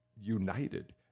united